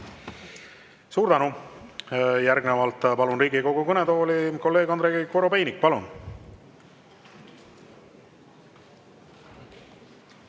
Suur tänu! Järgnevalt palun Riigikogu kõnetooli kolleeg Andrei Korobeiniku. Palun!